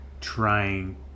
trying